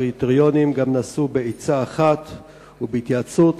הקריטריונים נעשו בעצה אחת ובהתייעצות,